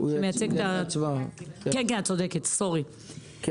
קודם